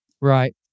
Right